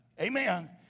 amen